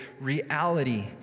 reality